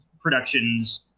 productions